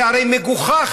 זה הרי מגוחך.